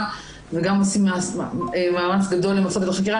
וגם עושים מאמץ גדול למצות את החקירה,